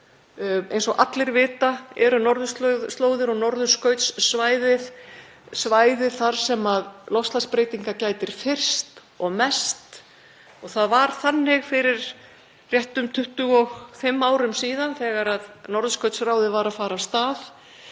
Eins og allir vita eru norðurslóðir og norðurskautssvæðið svæði þar sem loftslagsbreytinga gætir fyrst og mest. Það var þannig fyrir réttum 25 árum síðan þegar Norðurskautsráðið var að fara af stað